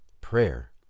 prayer